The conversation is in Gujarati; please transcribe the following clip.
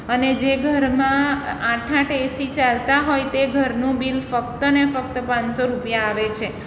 અને જે ઘરમાં આઠ આઠ એસી ચાલતા હોય તે ઘરનું બિલ ફક્ત ને ફક્ત પાંચસો રૂપિયા આવે છે